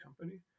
company